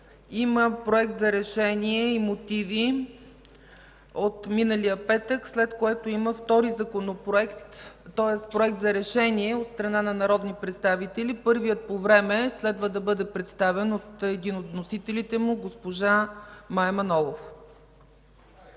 Има Проект за решение и мотиви от миналия петък, след които има втори Проект за решение от страна на народни представители. Първият по време следва да бъде представен от един от вносителите му – госпожа Мая Манолова